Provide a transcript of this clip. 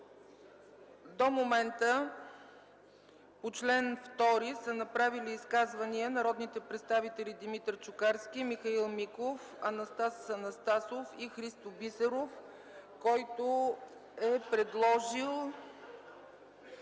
До момента по чл. 2 са направили изказвания народните представители Димитър Чукарски, Михаил Миков, Анастас Анастасов и Христо Бисеров, който е направил